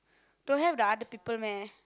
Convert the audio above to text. don't have the other people meh